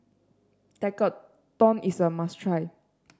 tekkadon is a must try